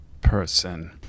person